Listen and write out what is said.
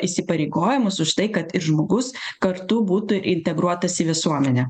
įsipareigojimus už tai kad ir žmogus kartu būtų integruotas į visuomenę